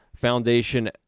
Foundation